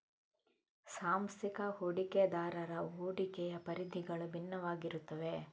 ಸಾಂಸ್ಥಿಕ ಹೂಡಿಕೆದಾರರ ಹೂಡಿಕೆಯ ಪರಿಧಿಗಳು ಭಿನ್ನವಾಗಿರುತ್ತವೆ